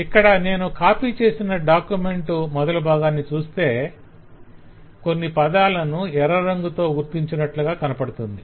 ఇక్కడ నేను కాపి చేసిన డాక్యుమెంట్ మొదలు భాగాన్ని చూస్తే కొన్ని పదాలను ఎర్ర రంగుతో గుర్తించినట్లుగా కనపడుతుంది